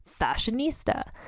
fashionista